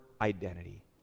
identity